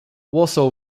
warsaw